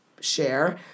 share